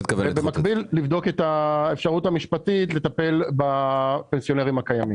במקביל לבדוק את האפשרות המשפטית לטפל בפנסיונרים הקיימים.